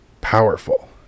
powerful